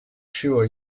sure